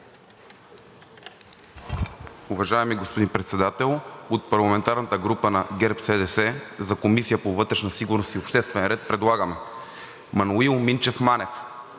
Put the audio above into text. Уважаеми господин Председател, от парламентарната група на ГЕРБ-СДС за Комисията по вътрешна сигурност и обществен ред предлагаме: Маноил Минчев Манев,